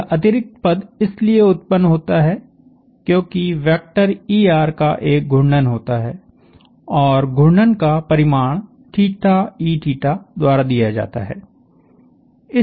यह अतिरिक्त पद इसलिए उत्पन्न होता है क्योंकि वेक्टर er का एक घूर्णन होता है और घूर्णन का परिमाण e द्वारा दिया जाता है